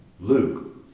Luke